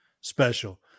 special